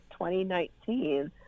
2019